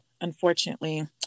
unfortunately